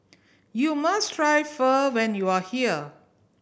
you must try Pho when you are here